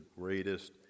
greatest